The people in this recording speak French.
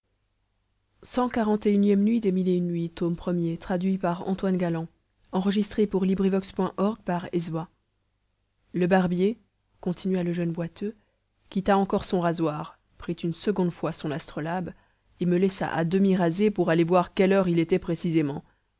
le barbier continua le jeune boiteux quitta encore son rasoir prit une seconde fois son astrolabe et me laissa à demi rasé pour aller voir quelle heure il était précisément